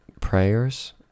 prayers